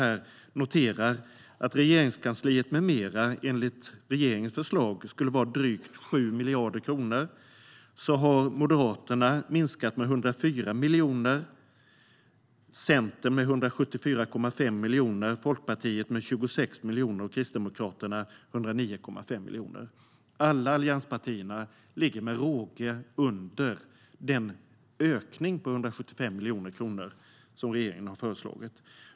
Anslaget för Regeringskansliet med mera skulle enligt regeringens förslag vara drygt 7 miljarder kronor. Moderaterna har minskat det med 104 miljoner, Centern med 174,5 miljoner, Folkpartiet med 26 miljoner och Kristdemokraterna med 109,5 miljoner. Alla allianspartier ligger med råge under den ökning på 175 miljoner kronor som regeringen har föreslagit.